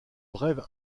brève